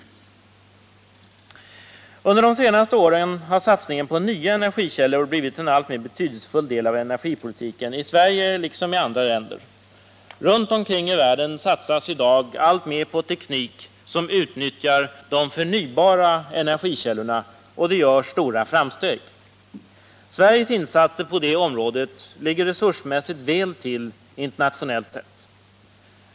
Under de senaste åren har satsningen på nya energikällor blivit en alltmer betydelsefull del av energipolitiken, i Sverige liksom i andra länder. Runt omkring i världen satsas i dag alltmer på teknik som utnyttjar de förnybara energikällorna, och det görs stora framsteg. Sveriges insatser på det området ligger, resursmässigt, väl till internationellt sett.